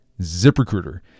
ZipRecruiter